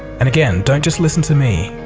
and again, don't just listen to me.